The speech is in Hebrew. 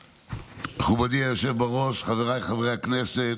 מכובדי היושב בראש, חבריי חברי הכנסת,